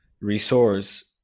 resource